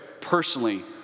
personally